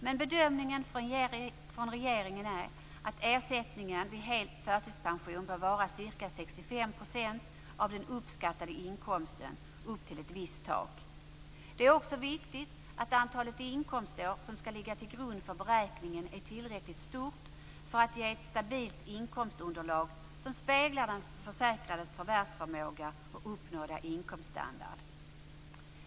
Regeringens bedömning är att ersättningen vid hel förtidspension bör vara ca 65 % av den uppskattade inkomsten, upp till ett visst tak. Det är också viktigt att antalet inkomstår som skall ligga till grund för beräkningen är tillräckligt stort för att ge ett stabilt inkomstunderlag som speglar den försäkrades förvärvsförmåga och uppnådda inkomststandard.